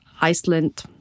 Iceland